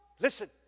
listen